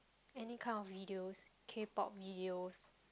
any kind of videos k-pop videos